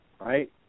Right